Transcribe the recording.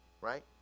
right